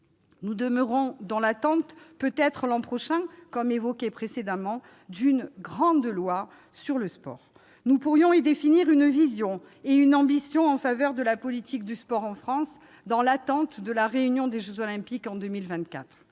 Nous demeurons dans l'attente, peut-être l'an prochain, comme évoqué précédemment, d'une « grande » loi sur le sport. Nous pourrions y définir une vision et une ambition en faveur de la politique du sport en France dans l'attente des jeux Olympiques de 2024.